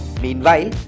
Meanwhile